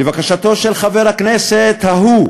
לבקשתו של חבר הכנסת ההוא,